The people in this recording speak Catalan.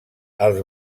els